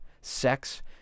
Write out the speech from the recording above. sex